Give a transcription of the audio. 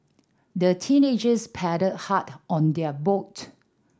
the teenagers paddled hard on their boat